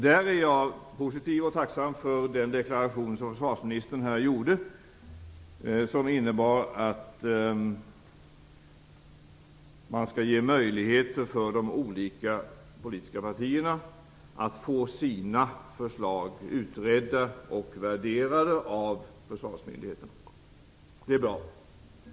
Där är jag positiv och tacksam för den deklaration som försvarsministern här gjorde och som innebär att man skall ge de olika politiska partierna möjligheter att få sina förslag utredda och värderade av försvarsmyndigheterna. Det är bra.